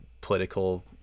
political